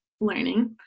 learning